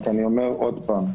רק שאני אומר עוד פעם,